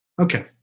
Okay